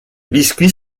biscuits